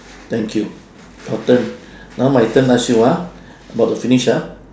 thank you your turn now my turn ask you ah about to finish ah